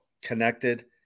connected